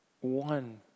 one